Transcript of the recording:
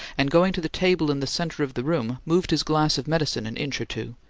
and, going to the table in the center of the room, moved his glass of medicine an inch or two,